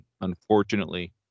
unfortunately